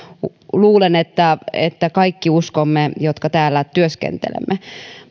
luulen että että kaikki uskomme jotka täällä työskentelemme